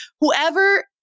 whoever